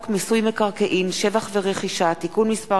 מיסוי מקרקעין (שבח ורכישה) (תיקון מס'